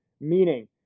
meaning